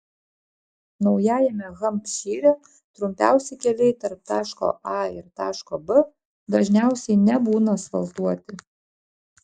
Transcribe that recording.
naujajame hampšyre trumpiausi keliai tarp taško a ir taško b dažniausiai nebūna asfaltuoti